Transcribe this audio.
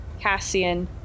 Cassian